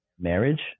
marriage